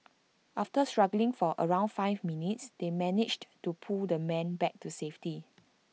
after struggling for around five minutes they managed to pull the man back to safety